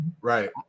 Right